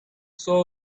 soul